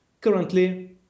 Currently